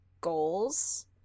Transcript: goals